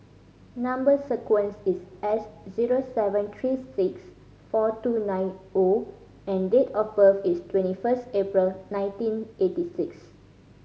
number sequence is S zero seven three six four two nine O and date of birth is twenty first April nineteen eighty six